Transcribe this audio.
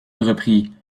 reprit